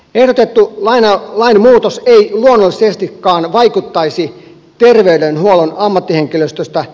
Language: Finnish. ehdotettu lainmuutos ei luonnollisestikaan vaikuttaisi terveydenhuollon ammattihenkilöstöstä